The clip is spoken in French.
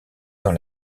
dans